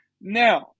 Now